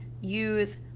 use